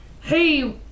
Hey